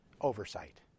Oversight